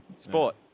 Sport